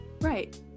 Right